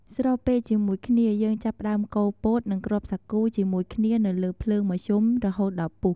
ស្របពេលជាមួយគ្នា យើងចាប់ផ្ដើមកូរពោត និងគ្រាប់សាគូជាមួយគ្នានៅលើភ្លើងមធ្យមរហូតដល់ពុះ។